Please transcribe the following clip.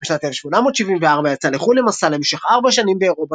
בשנת 1874 יצא לחו"ל למסע למשך 4 שנים באירופה,